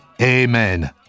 Amen